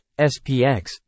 SPX